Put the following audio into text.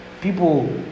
people